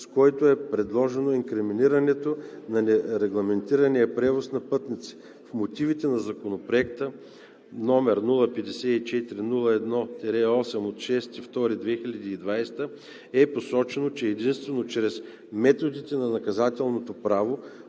с който е предложено инкриминиране на нерегламентирания превоз на пътници. В мотивите на Законопроект, № 054-01-8, внесен на 6 февруари 2020 г., е посочено, че „единствено чрез методите на наказателното право